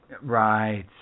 Right